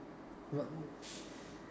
not